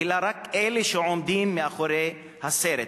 אלא רק אלה שעומדים מאחורי הסרט.